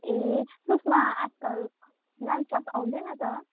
ए सुषमा आजकल dance class आउँदैन त